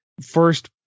first